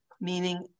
meaning